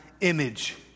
image